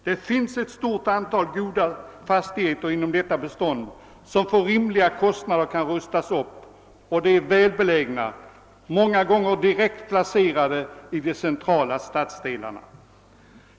Det finns ett stort antal goda fastigheter inom detta bestånd som för rimliga kostnader kan rustas upp, och de är välbelägna, många gånger direkt placerade i de centrala stadsdelarna.